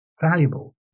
valuable